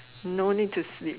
no need to sleep